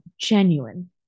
genuine